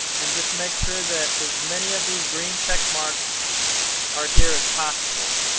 and just make sure that as many of these green check marks our here as possible.